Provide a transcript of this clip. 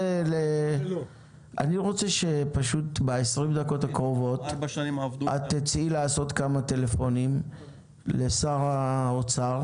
אני רוצה שב-20 דקות הקרובות את תצאי לעשות כמה טלפונים לשר האוצר